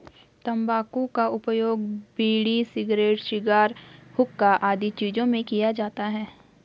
तंबाकू का उपयोग बीड़ी, सिगरेट, शिगार, हुक्का आदि चीजों में किया जाता है